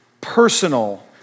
personal